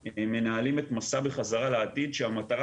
אנחנו כבר מנהלים את מסע בחזרה לעתיד שהמטרה